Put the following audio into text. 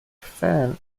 fan